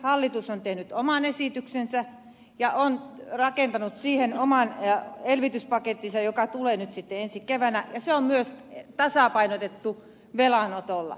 hallitus on tehnyt oman esityksensä ja on rakentanut siihen oman elvytyspakettinsa joka tulee sitten ensi keväänä ja se on myös tasapainotettu velanotolla